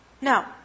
Now